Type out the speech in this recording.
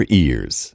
ears